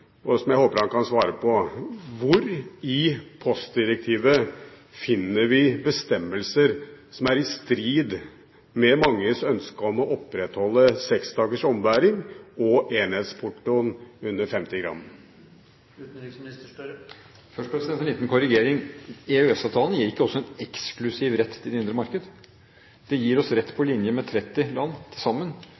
som jeg håper han kan svare på: Hvor i postdirektivet finner vi bestemmelser som er i strid med manges ønske om å opprettholde seks dagers ombæring og enhetsportoen for brev under 50 gram? Først en liten korrigering: EØS-avtalen gir ikke oss en eksklusiv rett til det indre marked. Det gir oss rett, på linje med 30 land til sammen,